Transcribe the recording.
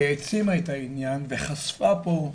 העצימה את העניין וחשפה פה,